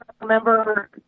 remember